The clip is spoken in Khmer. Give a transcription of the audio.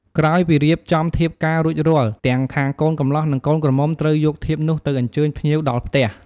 ក្រោយពីរៀបចំធៀបការរួចរាល់ ទាំងខាងកូនកម្លោះ និងកូនក្រមុំត្រូវយកធៀបនោះទៅអញ្ជើញភ្ញៀវដល់ផ្ទះ។